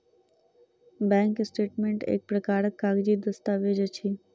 bank statement एक प्रकारक कागजी दस्तावेज अछि